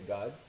God